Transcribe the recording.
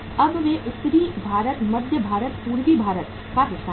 अब वे उत्तरी भारत मध्य भारत पूर्वी भारत का हिस्सा हैं